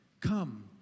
come